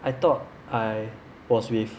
I thought I was with